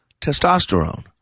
testosterone